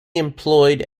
employed